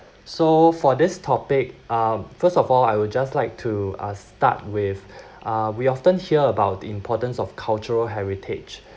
so for this topic uh first of all I would just like to uh start with uh we often hear about the importance of cultural heritage